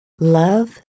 Love